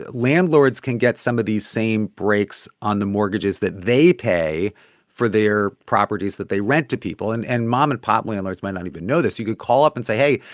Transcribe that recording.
ah landlords can get some of these same breaks on the mortgages that they pay for their properties that they rent to people. and and mom-and-pop landlords might not even know this. you could call up and say, hey,